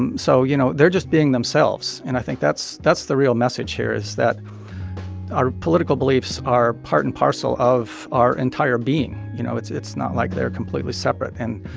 um so you know, they're just being themselves. and i think that's that's the real message here, is that our political beliefs are part and parcel of our entire being. you know, it's it's not like they're completely separate. and